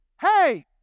Hey